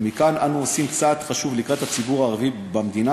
וכאן אנו עושים צעד חשוב לקראת הציבור הערבי במדינה,